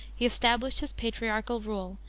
he established his patriarchal rule,